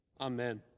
Amen